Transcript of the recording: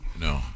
No